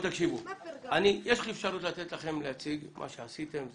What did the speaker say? יש לי אפשרות לתת לכם להציג מה שעשיתם.